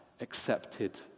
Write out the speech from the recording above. accepted